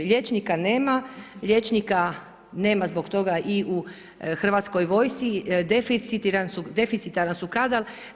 Liječnika nema, liječnika nema zbog toga i u Hrvatskoj vojsci, deficitaran su kadar.